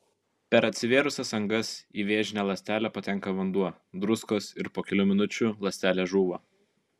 per atsivėrusias angas į vėžinę ląstelę patenka vanduo druskos ir po kelių minučių ląstelė žūva